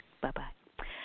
Bye-bye